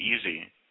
easy